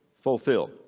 Fulfill